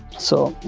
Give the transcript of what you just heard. so,